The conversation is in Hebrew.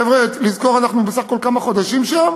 חבר'ה, לזכור, אנחנו בסך הכול כמה חודשים שם